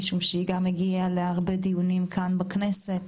מכיוון שהיא הגיעה להרבה דיונים כאן בכנסת,